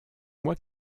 moi